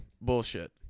bullshit